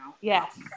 Yes